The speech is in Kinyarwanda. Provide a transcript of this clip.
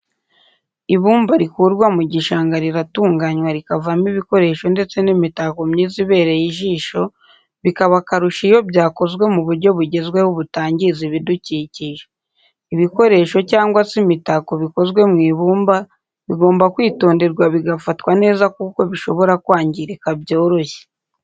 Ibumba rikurwa mu gishanga riratunganywa rikavamo ibikoresho ndetse n'imitako myiza ibereye ijisho bikaba akarusho iyo byakozwe mu buryo bugezweho butangiza ibidukikije. ibikoresho cyangwa se imitako bikozwe mu ibumba bigomba kwitonderwa bigafatwa neza kuko bishobora kwangirika byoroshye.